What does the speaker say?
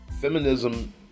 Feminism